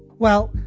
well,